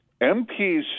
MPs